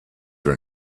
were